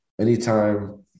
anytime